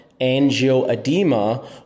angioedema